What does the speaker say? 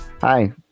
Hi